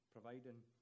Providing